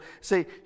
say